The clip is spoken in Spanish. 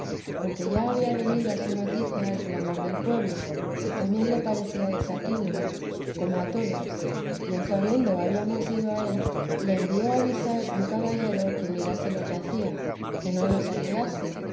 porque había venido a su noticia el clamor del pueblo y también le parecía desatino como a todos y en sabiendo habíamos ido a él le envió a avisar un caballero que mirase lo que hacía que no nos ayudase